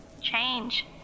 change